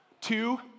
Two